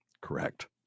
correct